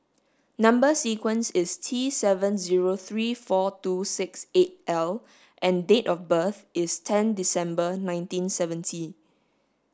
number sequence is T seven zero three four two six eight L and date of birth is ten December nineteen seventy